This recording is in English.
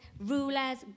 rulers